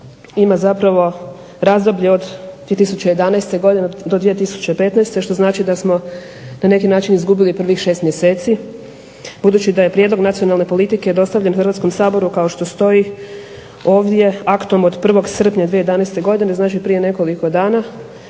ima zapravo razdoblje od 2011. do 2015. što znači da smo na neki način izgubili prvih šest mjeseci, budući da je prijedlog nacionalne politike dostavljen Hrvatskom saboru kao što stoji ovdje aktom od 1. srpnja 2011. godine. znači, prije nekoliko dana,